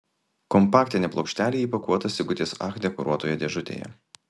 kompaktinė plokštelė įpakuota sigutės ach dekoruotoje dėžutėje